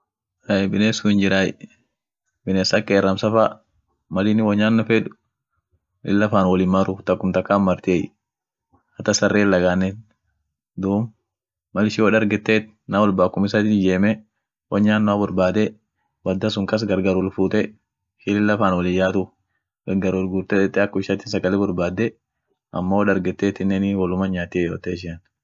Ahey biness sun hinjiray, biness ak qeramsa fa, mal inin wonyanno fed lilla faan wol hin marru, takum takkan martiey, hata sarren laganen, duum mal ishin wo daregetet nam wolba akum issatin ijeme won nyannoa borbade badda sun kas gargar wolfuute lillah faan wol him yaatu, gargar wolgurte dette akum ishiatin sagale borbaade, ammo wodargetinen woluman nyaatiey yoote ishian.